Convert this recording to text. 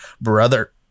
brother